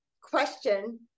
question